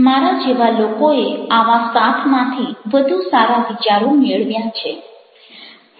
મારા જેવા લોકોએ આવા સાથમાંથી વધુ સારા વિચારો મેળવ્યા છે